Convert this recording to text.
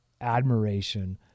admiration